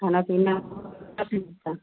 खाना पीना